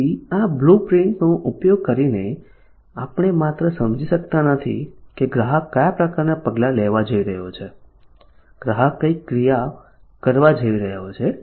તેથી આ બ્લુપ્રિન્ટનો ઉપયોગ કરીને આપણે માત્ર સમજી શકતા નથી કે ગ્રાહક કયા પ્રકારનાં પગલાં લેવા જઈ રહ્યો છે ગ્રાહક કઈ ક્રિયાઓ કરવા જઈ રહ્યો છે